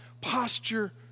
posture